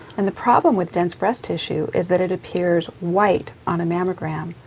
and the problem with dense breast tissue is that it appears white on a mammogram,